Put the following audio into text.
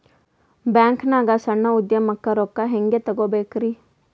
ಬ್ಯಾಂಕ್ನಾಗ ಸಣ್ಣ ಉದ್ಯಮಕ್ಕೆ ರೊಕ್ಕ ಹೆಂಗೆ ತಗೋಬೇಕ್ರಿ?